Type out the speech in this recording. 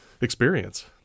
experience